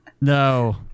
No